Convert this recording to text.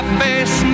face